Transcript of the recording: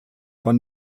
von